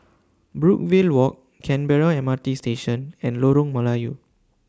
Brookvale Walk Canberra M R T Station and Lorong Melayu